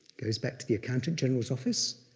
goes back to the accountant general's office.